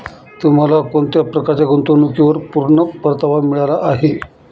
तुम्हाला कोणत्या प्रकारच्या गुंतवणुकीवर पूर्ण परतावा मिळाला आहे